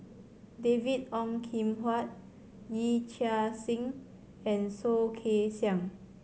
David Ong Kim Huat Yee Chia Hsing and Soh Kay Siang